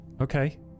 okay